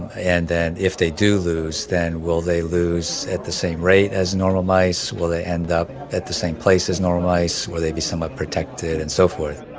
and then if they do lose, then will they lose at the same rate as normal mice? will they end up at the same place as normal mice, would they be somewhat protected and so forth?